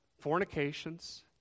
fornications